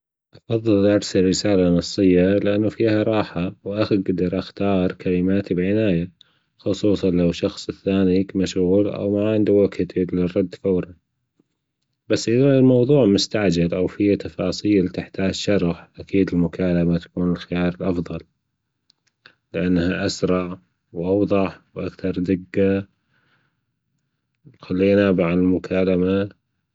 أفضل ارسل رساله نصيه لانه فيها راحه وجدر اختار كلماتى بعنايه خصوصا لو الشخص الثانى مشغول أو ما عندة وجت يجدر يرد فورا بس أذا الموضوع مستعجل أو في تفاصيل تحتاج شرح أكيد المكالمه تكون الخيار الافضل لأنها أسرع وأوضح وأكثر دجة. المكالمة